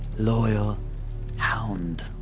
loyal hound.